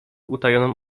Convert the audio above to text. utajoną